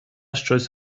щось